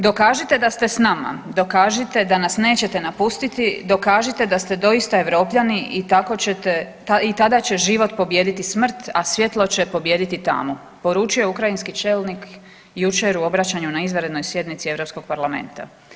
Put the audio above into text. Dokažite da ste s nama, dokažite da nas nećete napustiti, dokažite da ste doista Europljani i tada će život pobijediti smrt, a svjetlo će pobijediti tamu“, poručio je ukrajinski čelnik jučer u obraćanju na izvanrednoj sjednici Europskog parlamenta.